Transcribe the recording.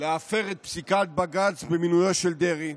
להפר את פסיקת בג"ץ במינויו של דרעי,